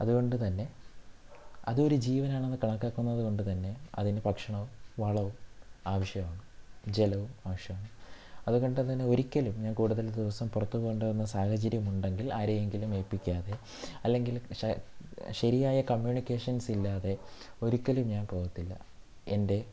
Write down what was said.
അതു കൊണ്ട് തന്നെ അതൊരു ജീവനാണെന്ന് കണക്കാക്കുന്നത് കൊണ്ട് തന്നെ അതിന് ഭക്ഷണവും വളവും ആവശ്യമാണ് ജലവും ആവശ്യമാണ് അതുകൊണ്ട് തന്നെ ഒരിക്കലും ഞാൻ കൂടുതൽ ദിവസം പുറത്ത് പോകേണ്ടി വന്നാൽ സാഹചര്യം ഉണ്ടെങ്കിൽ ആരെയെങ്കിലും ഏൽപ്പിക്കാതെ അല്ലെങ്കിൽ ശരിയായ കമ്മ്യൂണിക്കേഷൻസ് ഇല്ലാതെ ഒരിക്കലും ഞാൻ പോകത്തില്ല എൻ്റെ